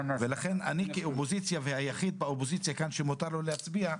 לכן אני היחיד באופוזיציה כאן שמותר לו להצביע,